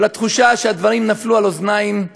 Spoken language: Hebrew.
אבל התחושה היא שהדברים נפלו על אוזניים ערלות.